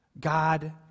God